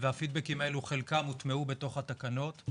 והפידבקים האלה חלקם הוטמעו בתוך התקנות.